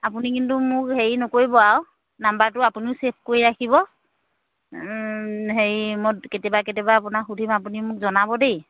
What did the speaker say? আপুনি কিন্তু মোক হেৰি নকৰিব আৰু নাম্বাৰটো আপুনিও ছেভ কৰি ৰাখিব হেৰি মই কেতিয়াবা কেতিয়াবা আপোনাক সুধিম আপুনি মোক জনাব দেই